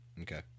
Okay